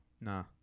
Nah